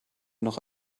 noch